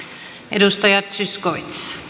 arvoisa rouva puhemies